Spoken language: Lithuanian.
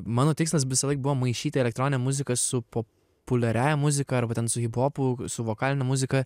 mano tikslas visąlaik buvo maišyti elektroninę muziką su populiariąja muzika arba ten su hiphopu su vokaline muzika